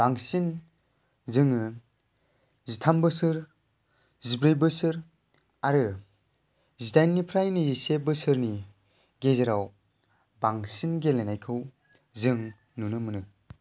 जोङो जिथाम बोसोर जिब्रै बोसोर आरो जिदाइन निफ्राय नैजिसे बोसोरनि गेजेराव बांसिन गेलेनायखौ जों नुनो मोनो